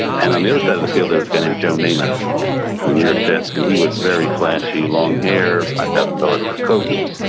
and on the other side of the field, there was a guy named joe namath for the new york jets. and he was very flashy, long hair, five thousand dollars fur coats.